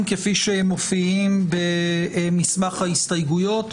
כפי שהם מופיעים במסמך ההסתייגויות.